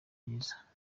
byiza